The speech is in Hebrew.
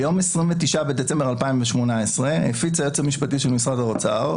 ביום 29 בדצמבר 2018 הפיץ היועץ המשפטי של משרד האוצר,